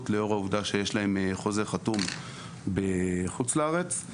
לאור העובדה שיש להם חוזה חתום בחוץ לארץ,